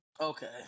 Okay